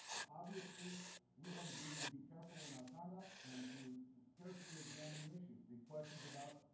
obviously we have a duty to be careful in our conduct and to carefully examine the issue. the questions about